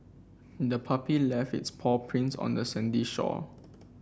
the puppy left its paw prints on the sandy shore